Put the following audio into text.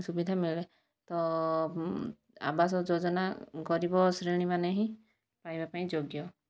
ସୁବିଧା ମିଳେ ତ ଆବାସ ଯୋଜନା ଗରିବ ଶ୍ରେଣୀ ମାନେ ହିଁ ପାଇବା ପାଇଁ ଯୋଗ୍ୟ